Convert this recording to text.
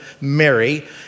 Mary